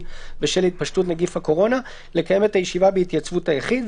בשל התפשטות נגיף הקורונה לקיים את הישיבה בהתייצבות היחיד,